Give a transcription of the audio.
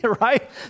right